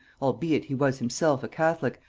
albeit he was himself a catholic,